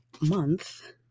month